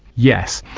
yes.